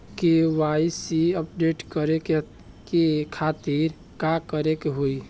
KYC update करे के खातिर का करे के होई?